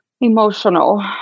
emotional